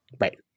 Right